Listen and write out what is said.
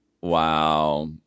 Wow